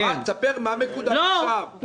תספר מה מקודם עכשיו.